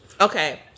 Okay